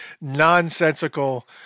nonsensical